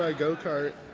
ah go kart.